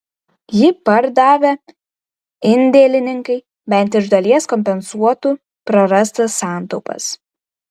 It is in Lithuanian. jį pardavę indėlininkai bent iš dalies kompensuotų prarastas santaupas